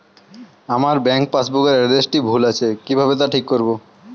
আমার bank passbook এর এড্রেসটি ভুল আছে কিভাবে তা ঠিক করবো?